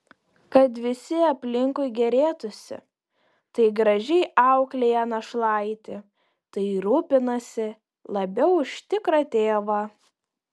kad visi aplinkui gėrėtųsi tai gražiai auklėja našlaitį tai rūpinasi labiau už tikrą tėvą